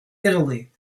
italy